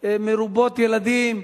מרובות ילדים,